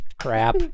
crap